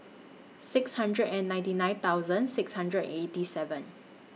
six hundred and ninety nine thousand six hundred and eighty seven